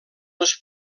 les